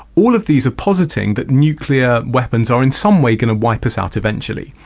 all of these are positing that nuclear weapons are in some way going to wipe us out eventually.